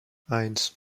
eins